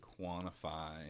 quantify